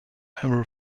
ever